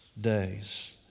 days